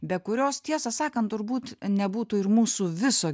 be kurios tiesą sakant turbūt nebūtų ir mūsų viso